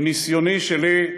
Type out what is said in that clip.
מניסיוני שלי,